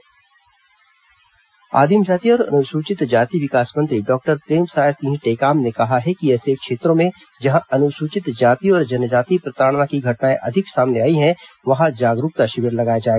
monitoring समिति आदिम जाति और अनुसूचित जाति विकास मंत्री डॉक्टर प्रेमसाय सिंह टेकाम ने कहा है कि ऐसे क्षेत्रों में जहां अनुसूचित जाति और जनजाति प्रताड़ना की घटनाएं अधिक सामने आए हैं वहां जागरूकता शिविर लगाया जाए